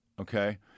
okay